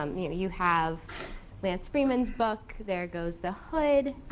um you know you have lance freeman's book, there goes the hood,